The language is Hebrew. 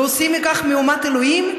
ועושים מכך מהומת אלוהים?